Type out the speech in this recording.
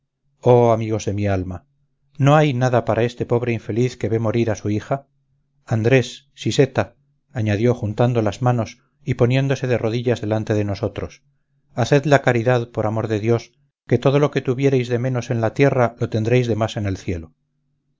oh amigos de mi alma no hay nada para este pobre infeliz que ve morir a su hija andrés siseta añadió juntando las manos y poniéndose de rodillas delante de nosotros haced la caridad por amor de dios que todo lo que tuviereis de menos en la tierra lo tendréis de más en el cielo